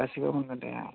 गासिबो मोनगोन दे